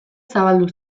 zabaldu